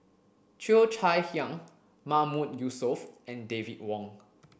Cheo Chai Hiang Mahmood Yusof and David Wong